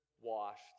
washed